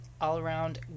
all-around